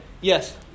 Yes